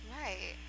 Right